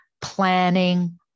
planning